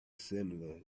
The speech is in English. similar